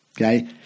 okay